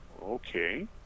okay